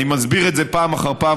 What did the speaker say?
אני מסביר את זה פעם אחר פעם,